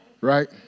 Right